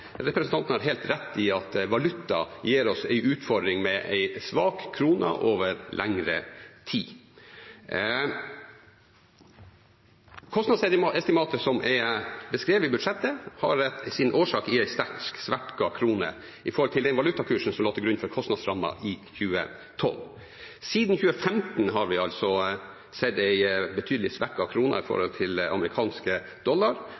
gir oss en utfordring. Kostnadsestimatet som er beskrevet i budsjettet, har sin årsak i en sterkt svekket krone i forhold til den valutakursen som lå til grunn for kostnadsrammen i 2012. Siden 2015 har vi sett en krone som har vært betydelig svekket i forhold til den amerikanske dollaren, og vi rapporterte om det første gang i